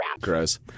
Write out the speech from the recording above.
Gross